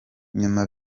nyuma